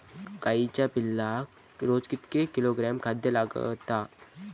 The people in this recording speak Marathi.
गाईच्या पिल्लाक रोज कितके किलोग्रॅम खाद्य लागता?